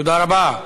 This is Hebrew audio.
תודה רבה.